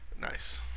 Nice